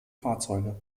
fahrzeuge